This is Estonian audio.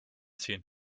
siin